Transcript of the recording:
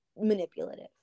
manipulative